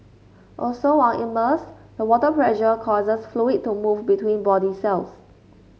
also while immersed the water pressure causes fluid to move between body cells